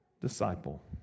disciple